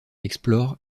explore